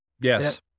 Yes